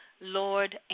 Lord